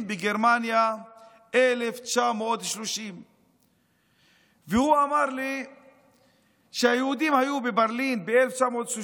בגרמניה 1930. הוא אמר לי שהיהודים היו בברלין ב-1930